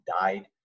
died